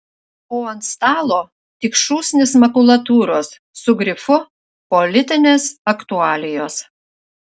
o ant stalo tik šūsnys makulatūros su grifu politinės aktualijos